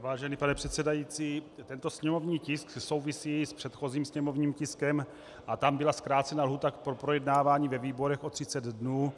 Vážený pane předsedající, tento sněmovní tisk souvisí s předchozím sněmovním tiskem a tam byla zkrácena lhůta pro projednávání ve výborech o 30 dnů.